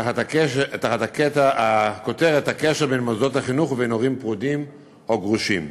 תחת הכותרת: הקשר בין מוסדות החינוך ובין הורים פרודים או גרושים.